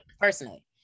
personally